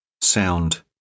sound